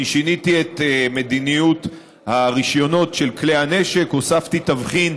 אני שיניתי את מדיניות הרישיונות של כלי הנשק: הוספתי תבחין,